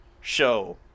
show